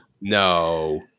No